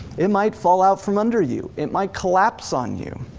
it might fall out from under you, it might collapse on you.